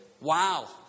wow